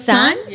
son